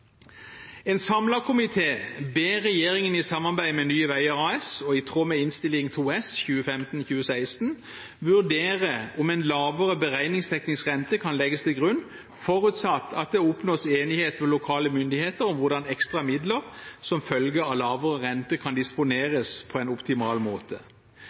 En samlet komité ber regjeringen, i samarbeid med Nye Veier AS og i tråd med Innst. 2 S for 2015–2016, vurdere om en lavere beregningsteknisk rente kan legges til grunn, forutsatt at det oppnås enighet med lokale myndigheter om hvordan ekstra midler som følge av lavere rente kan disponeres på en optimal måte.